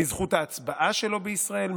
מזכות ההצבעה שלו בישראל,